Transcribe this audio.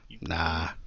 Nah